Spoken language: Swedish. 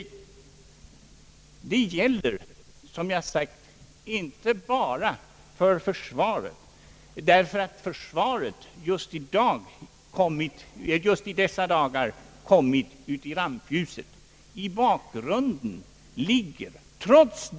Våra problem gäller som jag sagt inte bara försvaret, därför att försvaret just i dessa dagar kommit i rampljuset.